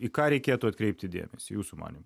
į ką reikėtų atkreipti dėmesį jūsų manymu